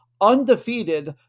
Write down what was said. undefeated